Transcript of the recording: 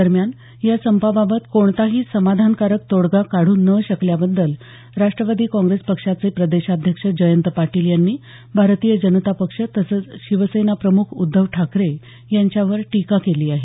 दरम्यान या संपाबाबत कोणताही समाधानकारक तोडगा काढू न शकल्याबद्दल राष्ट्रवादी काँग्रेस पक्षाचे प्रदेशाध्यक्ष जयंत पाटील यांनी भारतीय जनता पक्ष तसंच शिवसेनाप्रमुख उद्धव ठाकरे यांच्यावर टीका केली आहे